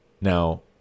Now